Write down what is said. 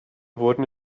wurden